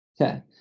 okay